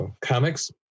comics